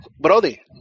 Brody